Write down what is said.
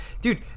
dude